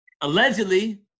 allegedly